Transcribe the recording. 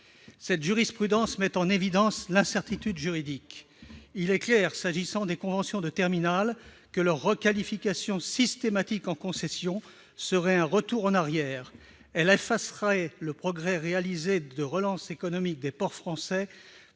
Cette jurisprudence met en évidence l'incertitude juridique. Il est clair, s'agissant des conventions de terminal, que leur requalification systématique en concessions serait un retour en arrière. Elle effacerait le progrès réalisé en matière de relance économique des ports français